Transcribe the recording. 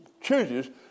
chooses